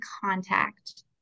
contact